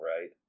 right